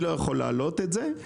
משותפת.